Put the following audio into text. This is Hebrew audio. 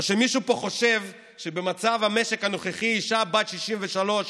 או שמישהו פה חושב שבמצב המשק הנוכחי אישה בת 63,